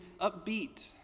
upbeat